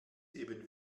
eben